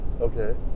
Okay